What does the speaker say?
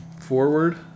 forward